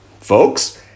Folks